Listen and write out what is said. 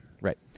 Right